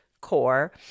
core